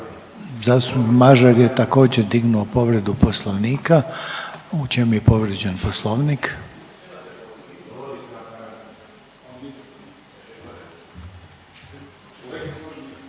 Zastupnik Mažar je također dignuo povredu Poslovnika. U čemu je povrijeđen Poslovnik?